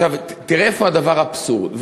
תראה איפה האבסורד,